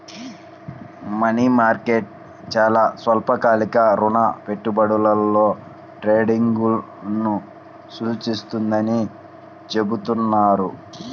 money market చాలా స్వల్పకాలిక రుణ పెట్టుబడులలో ట్రేడింగ్ను సూచిస్తుందని చెబుతున్నారు